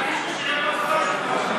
מי ששירת בצבא.